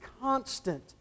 constant